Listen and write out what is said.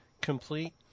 complete